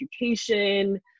education